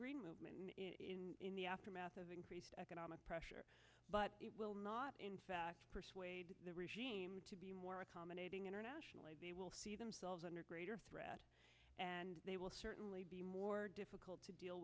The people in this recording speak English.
green movement in the aftermath of increased economic pressure but it will not in fact persuade the regime to be more accommodating internationally will see themselves under greater threat and they will certainly be more difficult to deal